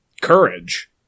courage